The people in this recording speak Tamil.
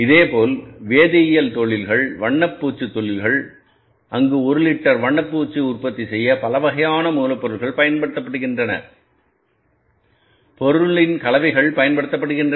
இதேபோல் வேதியியல் தொழில்கள் வண்ணப்பூச்சுத் தொழில்கள் அங்கு 1 லிட்டர் வண்ணப்பூச்சு உற்பத்தி செய்ய பல வகையான மூலப்பொருட்கள் பயன்படுத்தப்படுகின்றன பொருளின் கலவைகள் பயன்படுத்தப்படுகின்றன